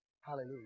Hallelujah